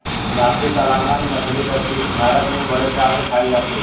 भारतीय सालमन मछली दक्षिण भारत में बड़े चाव से खाई जाती है